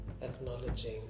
Acknowledging